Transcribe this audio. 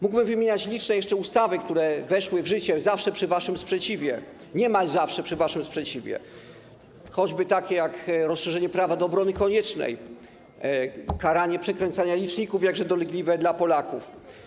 Mógłbym wymieniać jeszcze liczne ustawy, które weszły w życie, zawsze przy waszym sprzeciwie, niemal zawsze przy waszym sprzeciwie, choćby takie jak rozszerzenie prawa do obrony koniecznej, karanie przekręcania liczników, jakże dolegliwe dla Polaków.